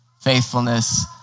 faithfulness